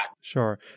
Sure